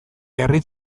herri